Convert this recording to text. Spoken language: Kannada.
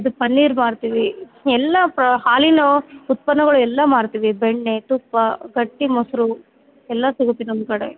ಇದು ಪನ್ನೀರ್ ಮಾರ್ತೀವಿ ಎಲ್ಲ ಪ್ರ ಹಾಲಿನ ಉತ್ಪನ್ನಗಳು ಎಲ್ಲಾ ಮಾರ್ತೀವಿ ಬೆಣ್ಣೆ ತುಪ್ಪ ಗಟ್ಟಿ ಮೊಸರು ಎಲ್ಲ ಸಿಗುತ್ತೆ ನಮ್ಮ ಕಡೆ